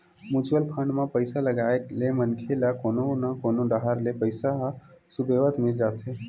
mutual fund म पइसा लगाए ले मनखे ल कोनो न कोनो डाहर ले पइसा ह सुबेवत मिल जाथे